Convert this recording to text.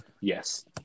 Yes